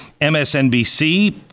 MSNBC